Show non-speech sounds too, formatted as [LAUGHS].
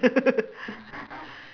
[LAUGHS]